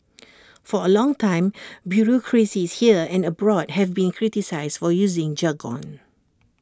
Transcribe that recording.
for A long time bureaucracies here and abroad have been criticised for using jargon